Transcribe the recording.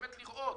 באמת לראות,